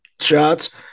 shots